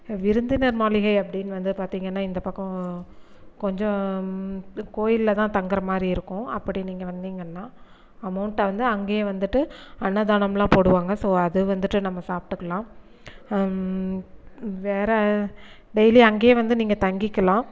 விருந்தினர் மாளிகை அப்படின் வந்து பார்த்திங்கனா இந்த பக்கம் கொஞ்சம் கோயிலில் தான் தங்கிற மாதிரி இருக்கும் அப்படி நீங்கள் வந்திங்கன்னால் அமோண்ட்டை வந்து அங்கேயே வந்துட்டு அன்னதானமெலாம் போடுவாங்க ஸோ அதுவந்துட்டு நம்ம சாப்பிட்டுக்லாம் வேறு டெய்லி அங்கே வந்து நீங்கள் தங்கிக்கலாம்